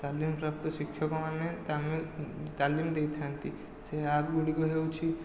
ତାଲିମପ୍ରାପ୍ତ ଶିକ୍ଷକମାନେ ତାମିଲ ତାଲିମ ଦେଇଥାନ୍ତି ସେ ଆପ୍ ଗୁଡ଼ିକ ହେଉଛି